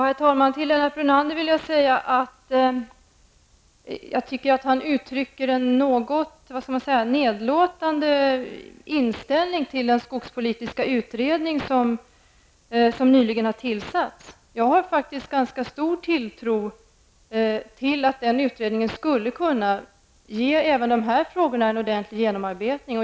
Herr talman! Till Lennart Brunander vill jag säga att han uttrycker en något nedlåtande inställning till den skogspolitiska utredning som nyligen har tillsatts. Jag har faktiskt ganska stor tilltro till att den utredningen skulle kunna ge även dessa frågor en ordentlig genomarbetning.